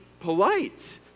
polite